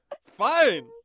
Fine